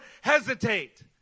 hesitate